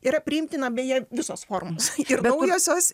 yra priimtina beje visos formos ir naujosios